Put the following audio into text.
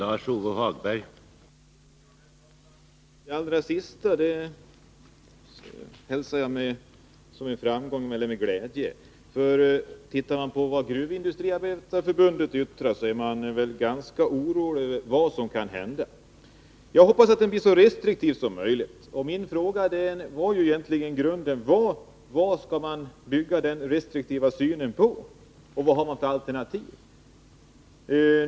Herr talman! Det allra sista hälsar jag med glädje och ser det som en Tisdagen den framgång. 23 november 1982 Ser vi på vad Gruvindustriarbetareförbundet yttrat, finner vi att man är ganska orolig över vad som kan hända. Jag hoppas att tillståndsgivningen blir så restriktiv som möjligt. Min fråga var ju egentligen i grunden: Vad kan man bygga den restriktiva — ;or att utnyttja synen på, och vad har man för alternativ?